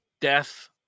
death